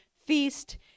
Feast